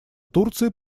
турции